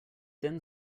then